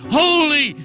holy